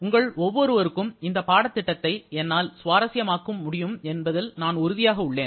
உங்கள் ஒவ்வொருவருக்கும் இந்த பாடத்திட்டத்தை என்னால் சுவாரஸ்யமாக்க முடியும் என்பதில் நான் உறுதியாக உள்ளேன்